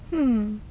hmm